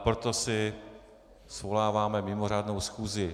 Proto svoláváme mimořádnou schůzi.